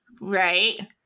Right